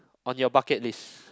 on your bucket list